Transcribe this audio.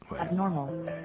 Abnormal